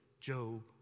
Job